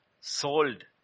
sold